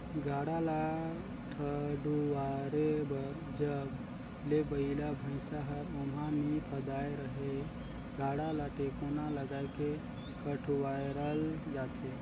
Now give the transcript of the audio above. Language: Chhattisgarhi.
गाड़ा ल ठडुवारे बर जब ले बइला भइसा हर ओमहा नी फदाय रहेए गाड़ा ल टेकोना लगाय के ठडुवारल जाथे